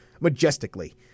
majestically